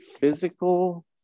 physical